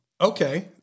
Okay